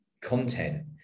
content